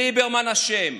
ליברמן אשם,